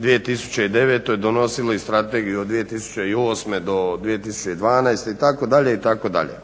2009.donisili strategiju od 2008.do 2012.itd., itd.